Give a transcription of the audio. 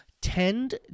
tend